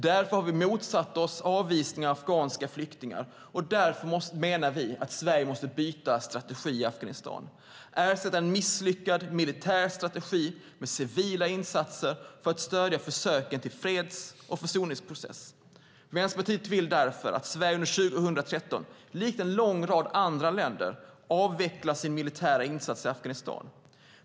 Därför har vi motsatt oss avvisningar av afghanska flyktingar, och därför menar vi att Sverige måste byta strategi i Afghanistan. Man måste ersätta en misslyckad militär strategi med civila insatser för att stödja försöken till freds och försoningsprocess. Vänsterpartiet vill därför att Sverige under 2013, likt en lång rad andra länder, avvecklar sin militära insats i Afghanistan.